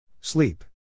Sleep